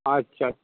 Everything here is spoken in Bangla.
আচ্ছা